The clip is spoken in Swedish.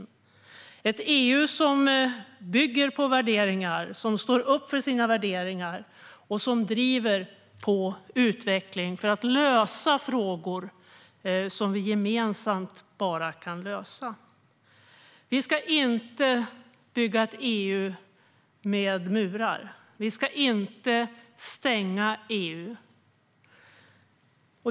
Det är ett EU som bygger på värderingar, som står upp för sina värderingar och som driver på utvecklingen för att lösa frågor som bara kan lösas gemensamt. Vi ska inte bygga ett EU med murar. Vi ska inte stänga EU.